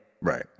Right